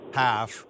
half